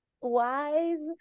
wise